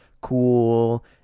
cool